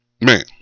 Man